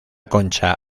concha